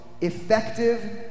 effective